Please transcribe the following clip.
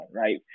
right